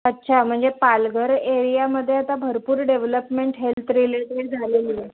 अच्छा म्हणजे पालघर एरियामध्ये आता भरपूर डेव्हलपमेंट हेल्थ रिलेटेड झालेली आहे